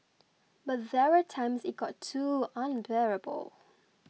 but there were times it got too unbearable